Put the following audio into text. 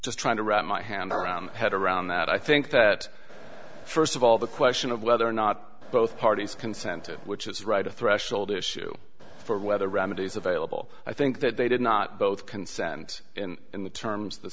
just trying to wrap my hands around head around that i think that first of all the question of whether or not both parties consented which is right a threshold issue for whether remedies available i think that they did not both consent in the terms